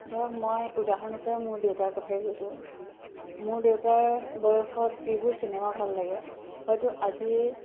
ধৰক মই উদাহৰণ হিচাপে মোৰ দেউতাৰ কথাই কৈছোঁ মোৰ দেউতাৰ বয়সত যিবোৰ চিনেমা ভাল লাগে হয়তো আজি